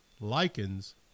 Lichens